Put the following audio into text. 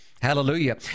Hallelujah